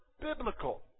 biblical